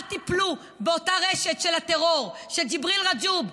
אל תיפלו באותה רשת של הטרור של ג'יבריל רג'וב,